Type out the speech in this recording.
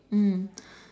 mm